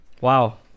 wow